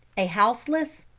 a houseless,